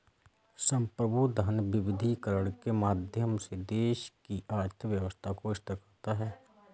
संप्रभु धन विविधीकरण के माध्यम से देश की अर्थव्यवस्था को स्थिर करता है